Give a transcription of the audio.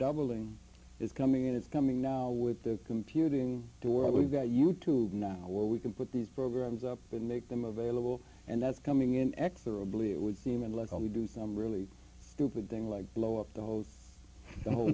doubling is coming it's coming now with the computing world we've got you tube now where we can put these programs up and make them available and that's coming in x the ability it would seem unless we do some really stupid thing like blow up the whole the whole